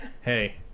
Hey